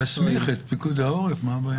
להסמיך את פיקוד העורף, מה הבעיה?